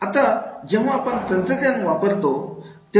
आता जेव्हा आपण तंत्रज्ञान वापरतो